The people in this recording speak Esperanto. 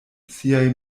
siaj